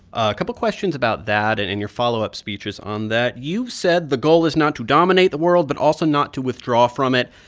a couple questions about that. and in your follow-up speeches on that, you said the goal is not to dominate the world but also not withdraw from it.